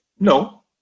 No